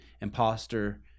imposter –